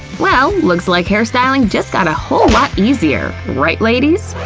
well, looks like hair styling just got a whole lot easier, right ladies?